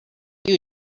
you